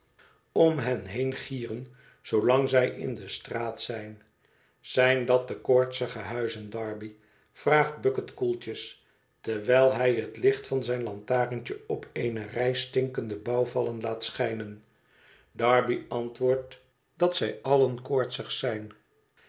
om hen heen gieren zoolang zij in de straat zijn zijn dat de koortsige huizen dar by vraagt bucket koeltjes terwijl hij het licht van zijn lantaarntje op eene rij stinkende bouwvallen laat schijnen darby antwoordt dat zij allen koortsig zijn